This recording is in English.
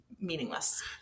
meaningless